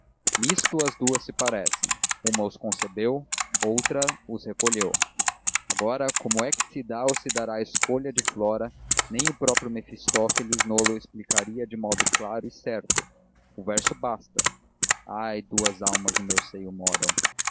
nisto as duas se parecem uma os concebeu outra os recolheu agora como é que se dá ou se dará a escolha de flora nem o próprio mefistófeles no-lo explicaria de modo claro e certo o verso basta ai duas almas no meu seio moram